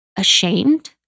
Ashamed